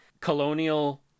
colonial